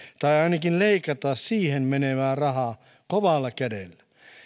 tai ainakin leikata siihen menevää rahaa kovalla kädellä